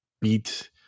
beat